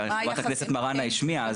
חה"כ מראענה השמיעה,